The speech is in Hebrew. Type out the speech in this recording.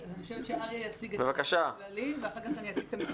אני חושבת שאריה יציג את זה באופן כללי ואחר כך אני אתייחס.